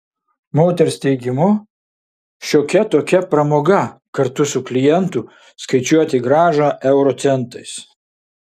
moters teigimu šiokia tokia pramoga kartu su klientu skaičiuoti grąžą euro centais